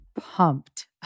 pumped